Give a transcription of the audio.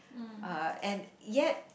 uh and yet